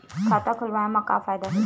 खाता खोलवाए मा का फायदा हे